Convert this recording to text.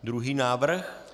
Druhý návrh?